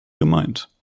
gemeint